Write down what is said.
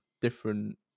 different